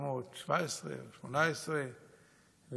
ב-1918-1917,